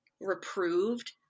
reproved